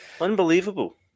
Unbelievable